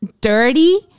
dirty